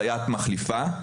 סייעת מחליפה,